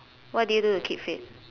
what do you do to keep fit